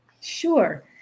Sure